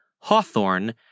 Hawthorne